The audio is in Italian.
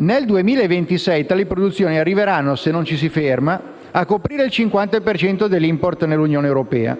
Nel 2026 tali importazioni arriveranno, se non ci si ferma, a coprire il 50 per cento dell'*import* dell'Unione europea